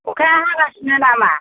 अखाया हागासिनो नामा